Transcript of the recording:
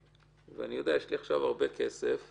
הרי בסך הכול החוק הזה הוא כדי לעזור לאיש,